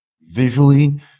visually